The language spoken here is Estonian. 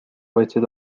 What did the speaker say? võtsid